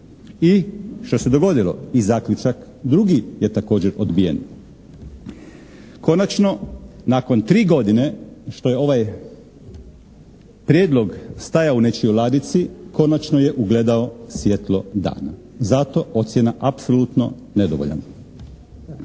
I što se dogodilo? I zaključak drugi je također odbijen. Konačno nakon tri godine što je ovaj prijedlog stajao u nečijoj ladici konačno je ugledao svjetlo dana. Zato ocjena apsolutno nedovoljan.